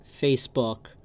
Facebook